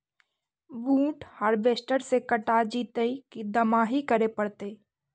बुट हारबेसटर से कटा जितै कि दमाहि करे पडतै?